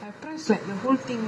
I press like the whole thing